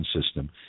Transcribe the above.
system